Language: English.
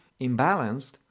imbalanced